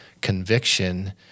conviction